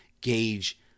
gauge